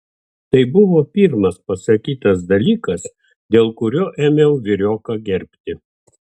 tai buvo pirmas pasakytas dalykas dėl kurio ėmiau vyrioką gerbti